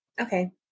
Okay